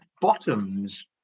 bottoms